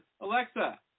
Alexa